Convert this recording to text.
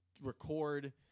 record